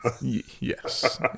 Yes